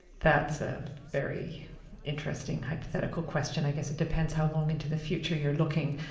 that's a very interesting hypothetical question. i guess it depends how long into the future you're looking.